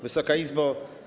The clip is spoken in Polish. Wysoka Izbo!